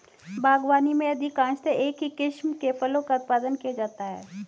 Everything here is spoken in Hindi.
बागवानी में अधिकांशतः एक ही किस्म के फलों का उत्पादन किया जाता है